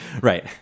Right